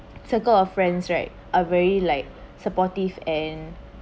circle of friends right are very like supportive and